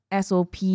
SOP